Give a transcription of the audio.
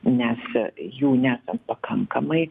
nes jų nesant pakankamai